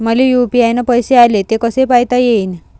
मले यू.पी.आय न पैसे आले, ते कसे पायता येईन?